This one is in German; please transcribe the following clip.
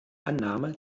annahme